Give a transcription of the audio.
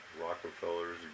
Rockefellers